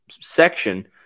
section